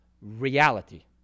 reality